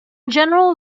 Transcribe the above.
general